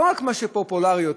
לא רק את מה שפופולרי יותר.